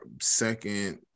second